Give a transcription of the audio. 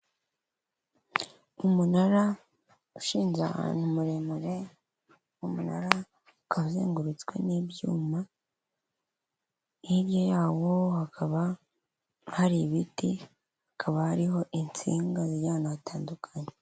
Umunara ushinze ahantu muremure, umunara ukaba uzengurutswe n'ibyuma, hirya yawo hakaba hari ibiti, hakaba hariho insinga zijya ahantu hatandukanye.